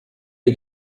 der